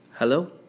Hello